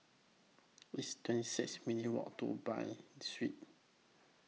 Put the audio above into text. It's twenty six minutes' Walk to Bain Street